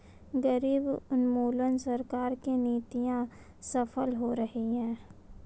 गरीबी उन्मूलन में सरकार की नीतियां सफल हो रही हैं